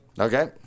Okay